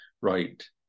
right